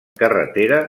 carretera